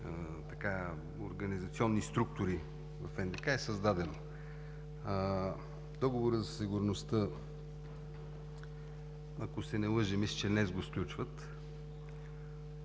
организационни структури в НДК, е създадено. Договорът за сигурността, ако не се лъжа, мисля, че днес го сключват.